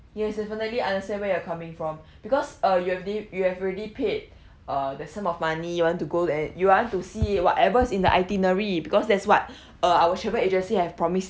yes definitely understand where you're coming from because uh you have the you have already paid uh the sum of money you want to go and you want to see whatever's in the itinerary because that's what uh our travel agency have promised